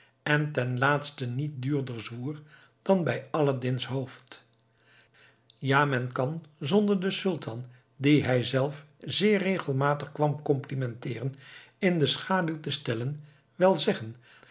en ten laatste niet duurder zwoer dan bij aladdin's hoofd ja men kan zonder den sultan dien hij zelf zeer regelmatig kwam komplimenteeren in de schaduw te stellen wel zeggen